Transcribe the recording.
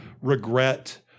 regret